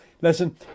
listen